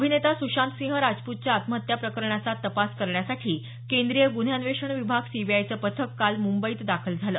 अभिनेता सुशांत सिंह राजपूतच्या आत्महत्या प्रकरणाचा तपास करण्यासाठी केंद्रीय गुन्हे अन्वेषण विभाग सीबीआयचं पथक काल मुंबईत दाखल झालं